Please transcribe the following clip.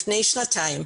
לפני שנתיים,